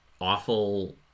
awful